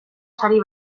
sari